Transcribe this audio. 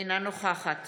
אינה נוכחת